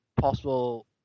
possible